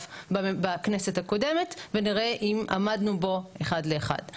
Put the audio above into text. בכנסת הקודמת ונראה אם עמדנו בו אחד לאחד,